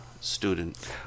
Student